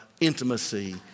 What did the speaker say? Intimacy